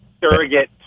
Surrogate